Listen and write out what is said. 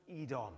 Edom